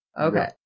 Okay